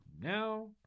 Now